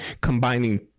combining